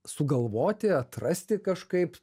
sugalvoti atrasti kažkaip